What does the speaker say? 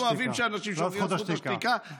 אנחנו אוהבים שאנשים שומרים על זכות השתיקה.